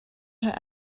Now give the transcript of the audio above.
her